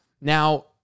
Now